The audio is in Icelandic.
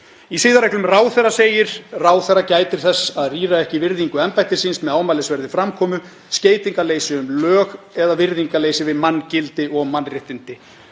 Í siðareglum ráðherra segir: „Ráðherra gætir þess að rýra ekki virðingu embættis síns með ámælisverðri framkomu, skeytingarleysi um lög eða virðingarleysi við manngildi og mannréttindi.“